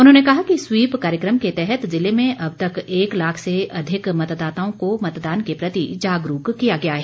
उन्होंने कहा कि स्वीप कार्यक्रम के तहत ज़िले में अब तक एक लाख से अधिक मतदाताओं को मतदान के प्रति जागरूक किया गया है